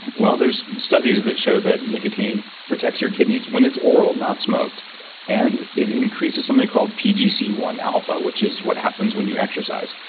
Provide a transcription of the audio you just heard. well there's studies that show that nicotine protects your kidneys, when it's oral, not smoked and it increases something called pgc one alpha, which is what happens when you exercise.